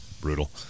brutal